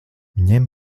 ņem